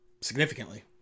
significantly